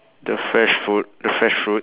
the fresh food the fresh fruit